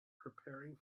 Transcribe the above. preparing